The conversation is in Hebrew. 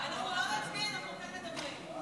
לא הסרנו הסתייגויות.